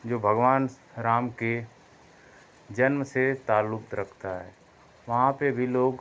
जो भगवान राम के जन्म से ताल्लुक रखता है वहाँ पर भी लोग